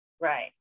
right